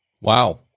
Wow